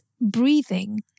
breathing